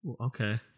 Okay